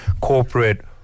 corporate